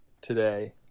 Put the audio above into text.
Today